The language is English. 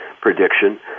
prediction –